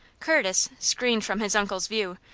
curtis, screened from his uncle's view,